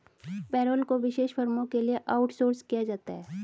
payroll को विशेष फर्मों के लिए आउटसोर्स किया जाता है